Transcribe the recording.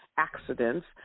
accidents